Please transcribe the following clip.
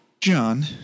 John